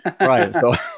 Right